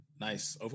Nice